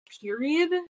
period